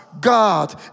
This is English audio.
God